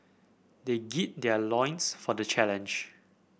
they gird their loins for the challenge